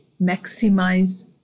maximize